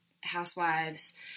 housewives